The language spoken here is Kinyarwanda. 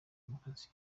demokarasi